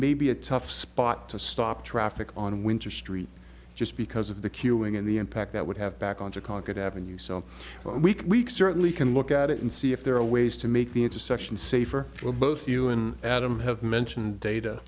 may be a tough spot to stop traffic on winter street just because of the queuing and the impact that would have back on chicago at avenues well we certainly can look at it and see if there are ways to make the intersection safer for both you and adam have mentioned data